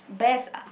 best